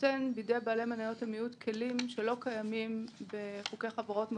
נותן בידי בעלי מניות המיעוט כלים שלא קיימים בחוקי חברות מקבילים,